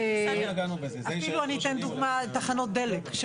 אפילו אני אתן דוגמה תחנות דלק.